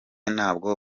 nabwo